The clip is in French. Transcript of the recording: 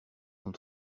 sont